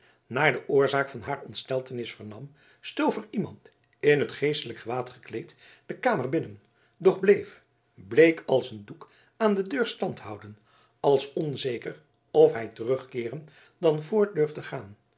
naar de oorzaak van haar ontsteltenis vernam stoof er iemand in t geestelijk gewaad gekleed de kamer binnen doch bleef bleek als een doek aan de deur standhouden als onzeker of hij terugkeeren dan voort durfde gaan